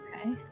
Okay